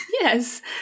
yes